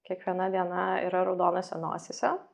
kiekviena diena yra raudonose nosyse